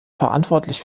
verantwortlich